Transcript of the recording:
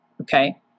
Okay